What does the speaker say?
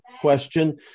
question